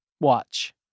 watch